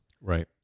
right